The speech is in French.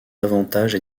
avantages